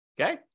Okay